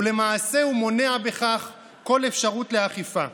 ולמעשה הוא מונע בכך כל אפשרות לאכיפה.